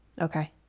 Okay